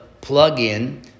plug-in